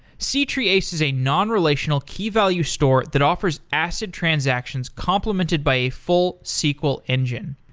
c-treeace is a non-relational key-value store that offers acid transactions complemented by a full sql engine.